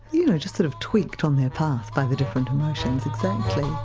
you know, just sort of tweaked on their path by the different emotions exactly.